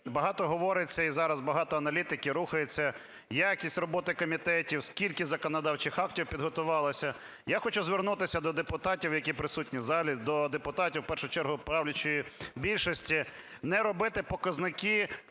Багато говориться і зараз багато аналітики рухається: якість роботи комітетів, скільки законодавчих актів підготувалося. Я хочу звернутися до депутатів, які присутні в залі, до депутатів в першу чергу правлячої більшості: не робити показники